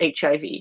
HIV